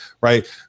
right